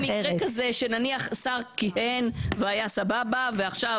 במקרה כזה שנניח שר כיהן והיה סבבה ועכשיו